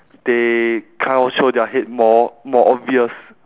they kind of show their hate more more obvious